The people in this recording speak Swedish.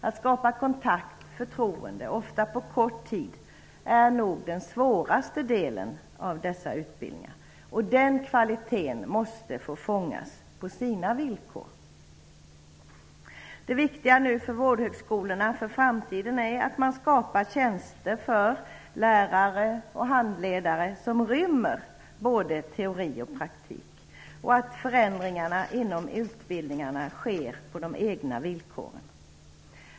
Att skapa kontakt och förtroende, ofta på kort tid, är nog den svåraste delen i dessa utbildningar. Den kvaliteten måste fångas på sina villkor. Det viktiga för vårdhögskolorna inför framtiden är att man skapar tjänster för lärare och handledare som inrymmer både teori och praktik och att förändringarna inom utbildningarna sker på de egna villkoren.